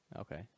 Okay